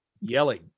Yelling